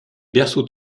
berceaux